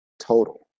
total